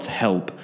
help